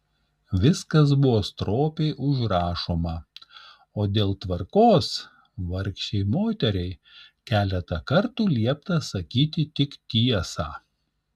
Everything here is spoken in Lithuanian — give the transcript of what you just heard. viskas buvo stropiai užrašoma o dėl tvarkos vargšei moteriai keletą kartų liepta sakyti tik tiesą